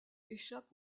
échappe